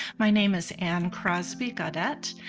my name is anne crosby gaudet.